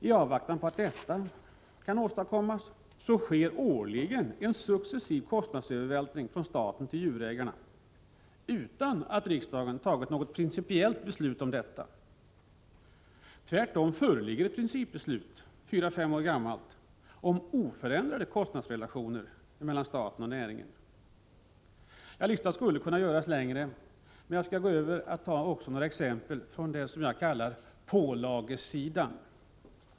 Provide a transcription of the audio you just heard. I avvaktan på att detta kan åstadkommas sker årligen en successiv kostnadsövervältring från staten till djurägarna utan att riksdagen fattat något principiellt beslut om detta. Tvärtom föreligger ett fyra-fem år gammalt principbeslut om oförändrade kostnadsrelationer mellan staten och näringen. Listan skulle kunna göras längre, men jag skall också ge några exempel på vad jag kallar pålagesidan.